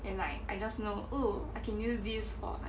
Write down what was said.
and like I just know oh I can use this or